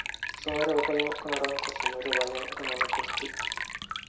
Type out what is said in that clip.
ᱥᱚᱢᱚᱭ ᱨᱮ ᱵᱟᱠᱚ ᱧᱟᱢᱚᱜ ᱠᱟᱱᱟ ᱨᱟᱱ ᱠᱚ ᱥᱚᱢᱚᱭ ᱨᱮ ᱵᱟᱭ ᱧᱟᱢᱚᱜ ᱠᱟᱱᱟ ᱚᱱᱟ ᱠᱚ ᱠᱟᱹᱴᱤᱡ